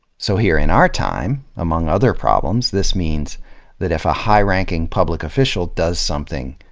so here in our time, among other problems, this means that if a high ranking public official does something